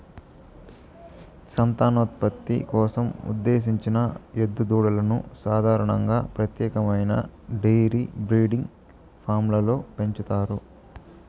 సంతానోత్పత్తి కోసం ఉద్దేశించిన ఎద్దు దూడలను సాధారణంగా ప్రత్యేకమైన డెయిరీ బ్రీడింగ్ ఫామ్లలో పెంచుతారు